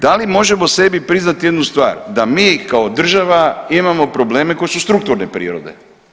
Da li možemo sebi priznati jednu stvar, da mi kao država imamo probleme koji su strukturne prirode.